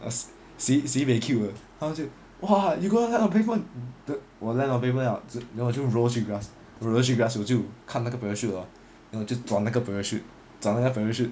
uh si~ si~ sibei cute uh 他就 !wah! you go land on pavement 我 land on pavement liao then 我就 roll 去 grass 我 roll 去 grass 我就看那个 parachute hor then 我就转那个 parachute 转那个 parachute